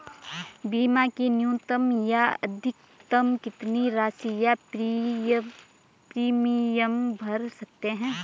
बीमा की न्यूनतम या अधिकतम कितनी राशि या प्रीमियम भर सकते हैं?